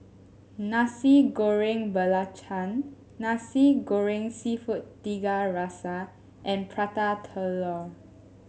Nasi Goreng Belacan Nasi Goreng seafood Tiga Rasa and Prata Telur